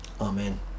Amen